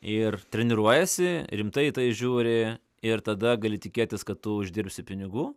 ir treniruojiesi rimtai į tai žiūri ir tada gali tikėtis kad tu uždirbsi pinigų